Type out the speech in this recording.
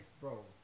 bro